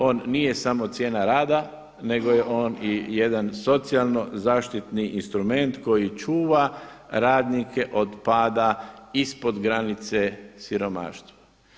On nije samo cijena rada nego je on i jedan socijalno zaštitni instrument koji čuva radnike od pada ispod granice siromaštva.